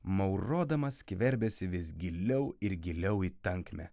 maurodama skverbėsi vis giliau ir giliau į tankmę